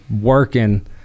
working